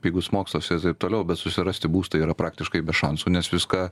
pigus mokslas ir taip toliau bet susirasti būstą yra praktiškai be šansų nes viską